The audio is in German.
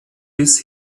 bis